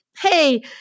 Hey